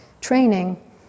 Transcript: training